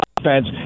offense